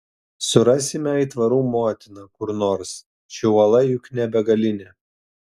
surasime aitvarų motiną kur nors ši uola juk ne begalinė